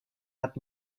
hat